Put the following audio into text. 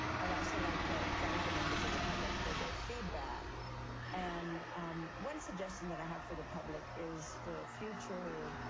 i'd also like to thank the members of the public for their feedback and one suggestion that i have for the public is for future